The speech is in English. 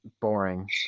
boring